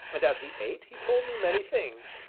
and, as we ate, he told me many things,